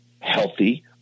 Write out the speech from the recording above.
healthy